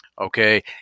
okay